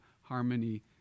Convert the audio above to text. harmony